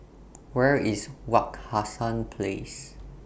Where IS Wak Hassan Place